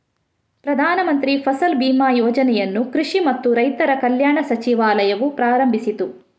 ಪ್ರಧಾನ ಮಂತ್ರಿ ಫಸಲ್ ಬಿಮಾ ಯೋಜನೆಯನ್ನು ಕೃಷಿ ಮತ್ತು ರೈತರ ಕಲ್ಯಾಣ ಸಚಿವಾಲಯವು ಪ್ರಾರಂಭಿಸಿತು